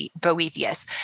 Boethius